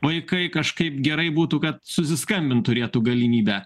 vaikai kažkaip gerai būtų kad susiskambint turėtų galimybę